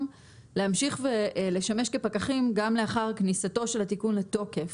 להמשיך ולשמש כפקחים גם לאחר כניסתו של התיקון לתוקף.